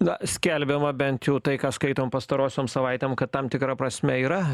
na skelbiama bent jau tai ką skaitom pastarosiom savaitėm kad tam tikra prasme yra